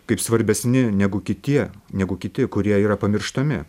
kaip svarbesni negu tie negu kiti kurie yra pamirštami